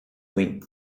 ruim